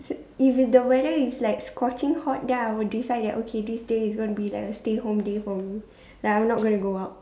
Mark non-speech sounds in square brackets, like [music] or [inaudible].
[noise] if the weather is like scorching hot then I will decide that okay this day is going to be a stay home day for me then I'm not going to go out